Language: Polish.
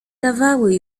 dawały